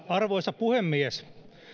arvoisa puhemies